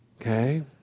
Okay